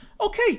Okay